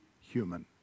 human